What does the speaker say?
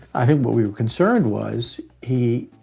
i think what we were concerned was he,